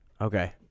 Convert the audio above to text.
Okay